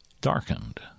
darkened